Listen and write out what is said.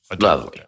Lovely